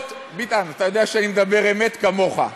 ביטן, אתה יודע שאני מדבר אמת כמוך.